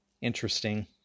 Interesting